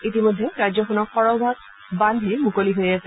ইতিমধ্যে ৰাজ্যখনৰ সৰহভাগ বান্ধেই মুকলি হৈ আছে